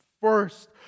first